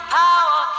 power